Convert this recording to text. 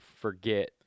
forget